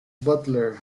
butler